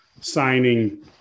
signing